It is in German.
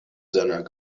seiner